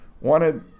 wanted